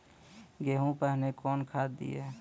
गेहूँ पहने कौन खाद दिए?